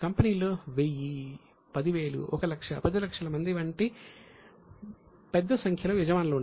కానీ కంపెనీల్లో 1000 10000 1 లక్ష 10 లక్షల మంది వంటి పెద్ద సంఖ్యలో యజమానులు ఉంటారు